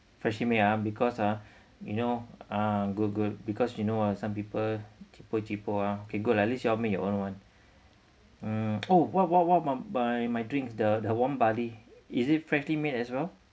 freshly made ah because ah you know ah goo~ goo~ because you know ah some people tipu tipu ah okay good lah at least you all make your own one um oh what what what my my drinks the warm barley is it freshly made as well